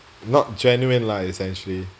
not genuine lah essentially